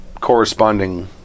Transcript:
corresponding